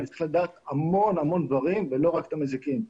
אני צריך לדעת המון דברים ולא רק על מזיקים.